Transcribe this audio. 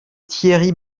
thierry